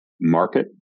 market